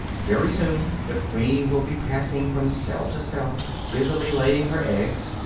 very soon the queen will be passing from cell to cell, busily laying her eggs.